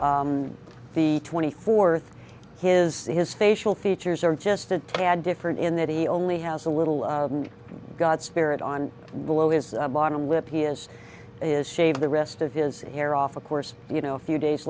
the twenty fourth his his facial features are just a tad different in that he only has a little god spirit on below his bottom lip he is is shave the rest of his hair off of course you know a few days